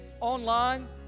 online